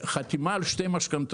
הזו בחתימה על שתי משכנתאות: